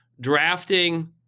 Drafting